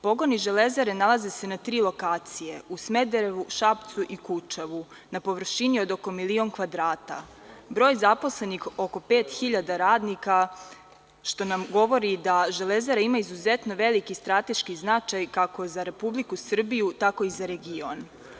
Pogoni „Železare“ nalaze se na tri lokacije, u Smederevu, Šapcu i Kučevu, na površini od oko milion kvadrata, broj zaposlenih oko 5.000 radnika, što nam govori da „Železara“ ima izuzetno veliki strateški značaj, kako za Republiku Srbiju, tako i za region.